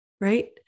Right